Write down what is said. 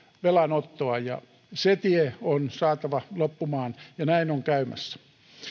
velanottoa se tie on saatava loppumaan ja näin on käymässä